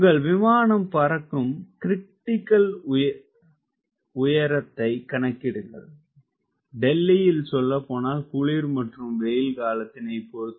உங்கள் விமானம் பறக்கும் கிரிடிக்கல் உயர்த்தை கணக்கிடுங்கள்டெல்லியில் சொல்லப்போனால் குளிர் மற்றும் வெயில் காலத்தினை பொறுத்து